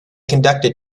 conducted